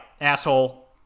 asshole